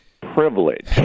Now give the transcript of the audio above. privilege